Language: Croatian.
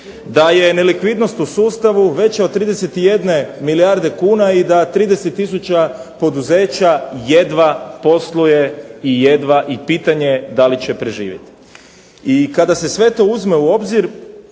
da je nelikvidnost u sustavu veća od 31 milijarde kuna i da 30 tisuća poduzeća jedva posluje i pitanje da li će preživjeti. I kada se sve to uzme u obzir